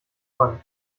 mann